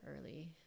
early